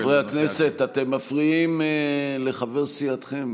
חברי הכנסת, אתם מפריעים לחבר סיעתכם.